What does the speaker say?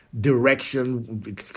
direction